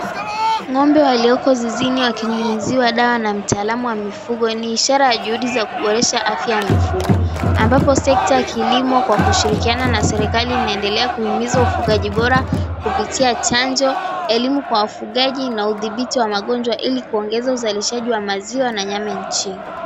Ng'ombe walioko zizini wakinyunyuziwa dawa na mtaalamu wa mifugo ni ishara ya juhudi za kuboresha afya ya mifugo. Ambapo sekta ya kilimo kwa kushirikiana na serikali inaendelea kuhimiza ufugaji bora kupitia chanjo, elimu kwa wafugaji, na udhibiti wa magonjwa, ili kuongeza uzalishaji wa maziwa na nyama nchini.